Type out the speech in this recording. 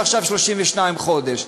ועכשיו 32 חודש.